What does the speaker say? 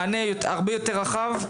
מענה הרבה יותר רחב?